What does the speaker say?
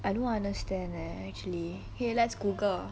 I don't understand leh actually K let's google